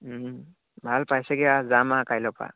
ভাল পাইছেগৈ আৰু যাম আৰু কাইলৈৰপৰা